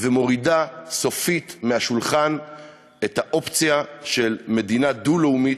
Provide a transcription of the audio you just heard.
ומורידה סופית מהשולחן את האפשרות של מדינה דו-לאומית,